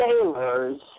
sailors